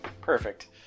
Perfect